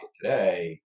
today